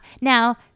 Now